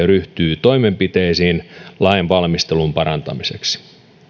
ryhtyy toimenpiteisiin lainvalmistelun parantamiseksi